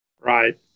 Right